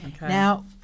Now